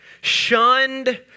Shunned